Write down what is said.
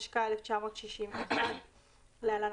התשכ"א-1961 (להלן,